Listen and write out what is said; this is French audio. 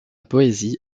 poésie